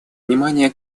внимание